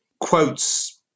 quotes